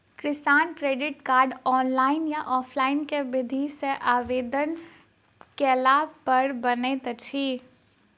किसान credit card, online या offline केँ विधि सँ आवेदन कैला पर बनैत अछि?